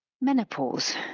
Menopause